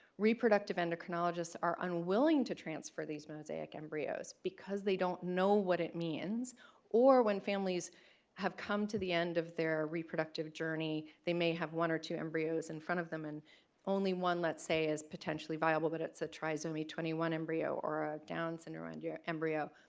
reproductive endocrinologists are unwilling to transfer these mosaic embryos because they don't know what it means or when families have come to the end of their reproductive journey, they may have one or two embryos in front of them and only one let's say is potentially viable, but it's a trisomy twenty one embryo or a down syndrome and yeah embryo.